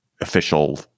official